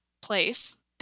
place